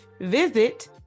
Visit